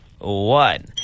one